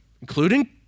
including